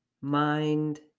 mind